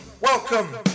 welcome